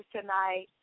tonight